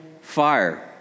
fire